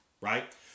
right